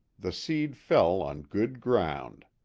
the seed fell on good ground.